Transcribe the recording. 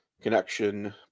Connection